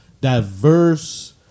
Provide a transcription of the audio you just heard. diverse